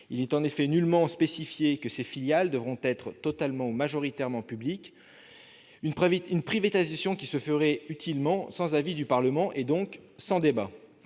Il n'est en effet nullement spécifié que ces filiales devront être totalement ou majoritairement publiques. Voilà une privatisation qui se ferait utilement sans avis du Parlement et donc sans débat.